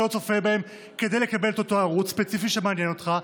לא צופה בהם כדי לקבל את אותו ערוץ ספציפי שמעניין אותך,